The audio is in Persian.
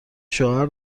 شوهر